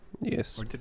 Yes